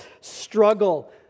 struggle